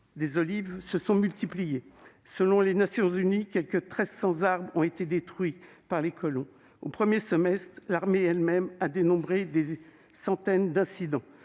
des olives se sont multipliées. Selon les Nations unies, quelque 1 300 arbres ont été détruits par les colons. Au premier semestre, l'armée elle-même a dénombré des centaines d'incidents